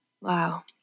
Wow